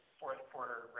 fourth-quarter